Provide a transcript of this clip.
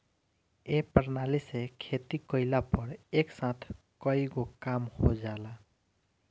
ए प्रणाली से खेती कइला पर एक साथ कईगो काम हो जाला